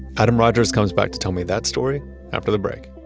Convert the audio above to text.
adam rogers comes back to tell me that story after the break